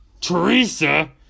Teresa